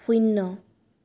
শূন্য